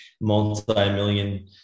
multi-million